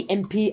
mp